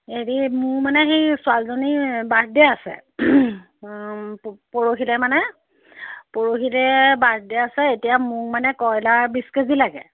হেৰি মোৰ মানে সেই ছোৱালীজনীৰ বাৰ্থডে আছে পৰহিলৈ মানে বাৰ্থডে আছে পৰহিলৈ বাৰ্থডে আছে এতিয়া মোক মানে কইলাৰ বিছ কেজি লাগে